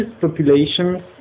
populations